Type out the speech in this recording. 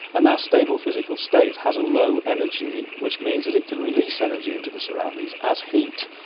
and that stable physical state has a low energy which means that it can release energy into the surroundings as heat.